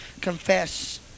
confess